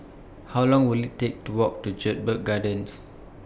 How Long Will IT Take to Walk to Jedburgh Gardens